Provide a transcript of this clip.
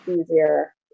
easier